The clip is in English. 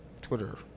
Twitter